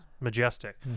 majestic